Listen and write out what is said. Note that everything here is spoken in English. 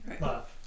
love